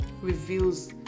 reveals